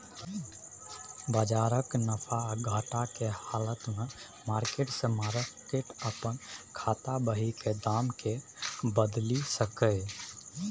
बजारक नफा आ घटा के हालत में मार्केट से मार्केट अपन खाता बही के दाम के बदलि सकैए